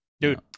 Dude